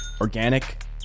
organic